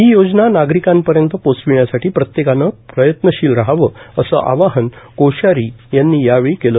ही योजना नागरिकांपर्यंत पोचविण्यासाठी प्रत्येकानं प्रयत्न करावं असं आवाहन कोश्यारी यांनी यावेळी केलं